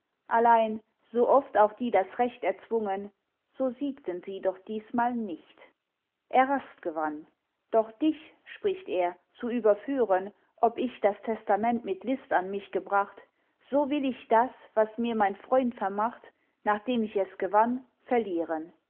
allein sooft auch die das recht erzwungen so siegten sie doch diesmal nicht erast gewann doch dich spricht er zu überführen ob ich das testament mit list an mich gebracht so will ich das was mir mein freund vermacht nachdem ich es gewann verlieren